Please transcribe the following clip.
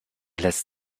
lässt